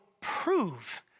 prove